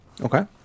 Okay